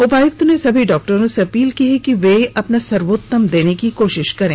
उपायुक्त ने सभी डॉक्टरों से अपील की है कि वे अपना सर्वोत्तम देने की कोशिश करें